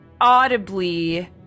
Audibly